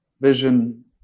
vision